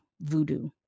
Voodoo